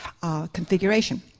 configuration